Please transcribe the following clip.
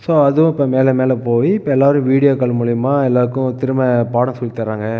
so அதுவும் இப்போ மேலே மேலே போயி இப்போ எல்லாரும் வீடியோ கால் மூலியமாக எல்லாருக்கும் திரும்ப பாடம் சொல்லித் தராங்க